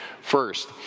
first